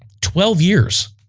twelve years